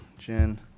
Jen